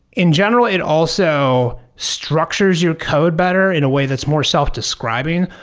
in general, it also structures your code better in a way that's more self-describing.